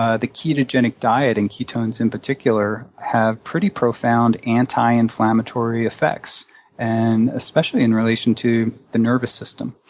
ah the ketogenic diet and ketones in particular have pretty profound anti-inflammatory effects and especially in relation to the nervous system,